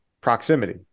proximity